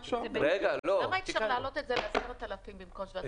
למה אי אפשר להעלות את זה ל-10,000 במקום 7,000?